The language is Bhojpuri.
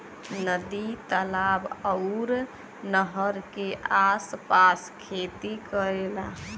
नदी तालाब आउर नहर के आस पास खेती करेला